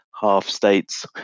half-states